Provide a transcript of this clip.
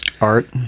art